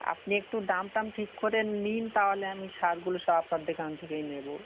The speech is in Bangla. আপনি একটু দাম টাম ঠিক করে নিন তাহলে আমি সারগুলো সব আপনার দোকান থেকেই নেব